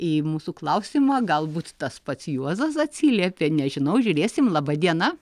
į mūsų klausimą galbūt tas pats juozas atsiliepė nežinau žiūrėsim laba diena